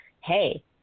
Hey